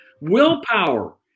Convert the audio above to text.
Willpower